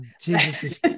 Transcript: jesus